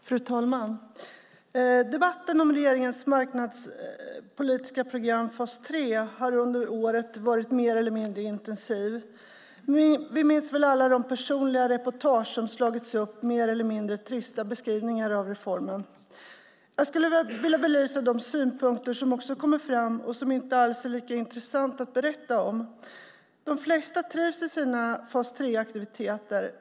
Fru talman! Debatten om regeringens arbetsmarknadspolitiska program fas 3 har under året varit mer eller mindre intensiv. Vi minns väl alla de personliga reportagen med mer eller mindre trista beskrivningar av reformen. Jag skulle vilja belysa de synpunkter som också kommer fram och som inte alls är lika intressanta att berätta om. De flesta trivs i sina fas 3-aktiviteter.